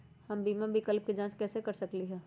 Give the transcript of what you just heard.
हम बीमा विकल्प के जाँच कैसे कर सकली ह?